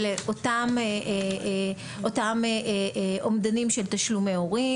אלה אותם אומדנים של תשלומי הורים.